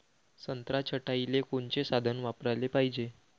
संत्रा छटाईले कोनचे साधन वापराले पाहिजे?